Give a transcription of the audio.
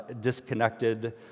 disconnected